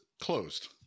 closed